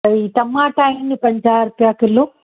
भई टमाटा आहिनि पंजाह रुपया किलो